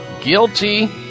guilty